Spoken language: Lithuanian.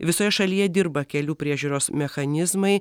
visoje šalyje dirba kelių priežiūros mechanizmai